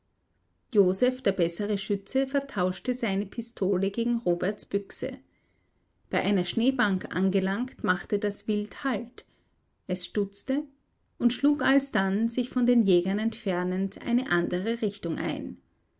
joseph der bessere schütze vertauschte seine pistole gegen roberts büchse bei einer schneebank angelangt machte das wild halt es stutzte und schlug alsdann sich von den jägern entfernend eine andere richtung ein